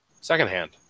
secondhand